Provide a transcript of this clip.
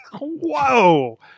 Whoa